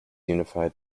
unified